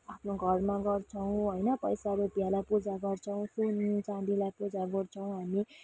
आफ्नो घरमा गर्छौँ होइन पैसाहरू रुपियाँलाई पूजा गर्छौँ सुन चाँदीलाई पूजा गर्छौँ हामी